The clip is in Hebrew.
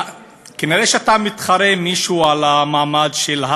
כנראה אתה מתחרה עם מישהו על המעמד של,